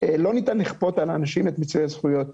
לא ניתן לכפות על האנשים את מיצוי הזכויות שלהם.